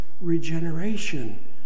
regeneration